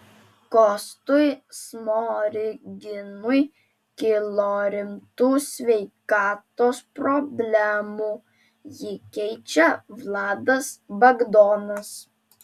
kostui smoriginui kilo rimtų sveikatos problemų jį keičia vladas bagdonas